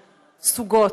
סוגה.